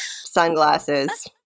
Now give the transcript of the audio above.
sunglasses